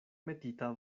metita